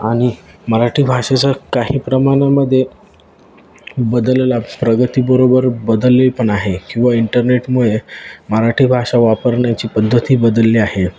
आणि मराठी भाषेचा काही प्रमानामध्ये बदलला प्रगतीबरोबर बदलली पण आहे किंवा इंटरनेटमुळे मराठी भाषा वापरण्याची पद्धती बदलली आहे